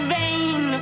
vain